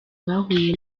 bahuye